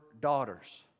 daughters